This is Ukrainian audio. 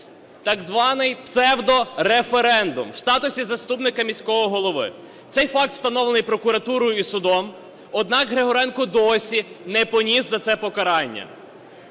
так званий псевдореферендум в статусі заступника міського голови. Цей факт встановлений прокуратурою і судом, однак Григоренко досі не поніс за це покарання.